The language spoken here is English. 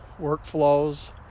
workflows